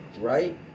right